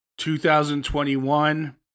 2021